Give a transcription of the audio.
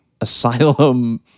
asylum